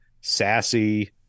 sassy